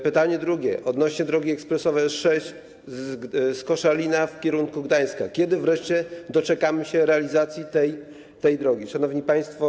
Pytanie drugie, odnośnie do drogi ekspresowej S6 z Koszalina w kierunku Gdańska: Kiedy wreszcie doczekamy się realizacji tej drogi, szanowni państwo?